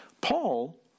Paul